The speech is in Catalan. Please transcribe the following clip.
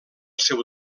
seu